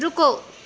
ਰੁਕੋ